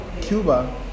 Cuba